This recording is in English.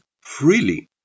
freely